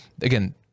Again